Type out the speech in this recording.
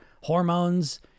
hormones